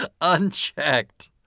Unchecked